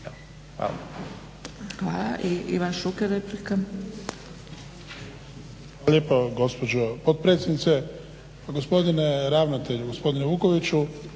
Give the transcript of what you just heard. Ivan (HDZ)** Hvala lijepo gospođo potpredsjednice. Pa gospodine ravnatelju, gospodine Vukoviću